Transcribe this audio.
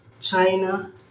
China